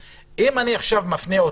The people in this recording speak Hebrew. משה, אני מקבל את